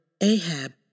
Ahab